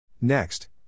Next